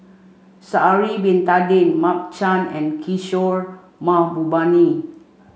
Sha'ari bin Tadin Mark Chan and Kishore Mahbubani